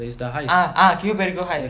ah ah Q பேருக்கோ:perukko heist